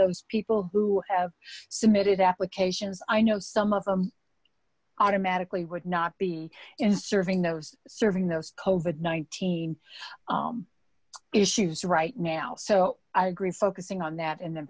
those people who have submitted applications i know some of them automatically would not be in serving those serving those kovan nineteen issues right now so i agree focusing on that and then